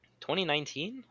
2019